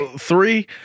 Three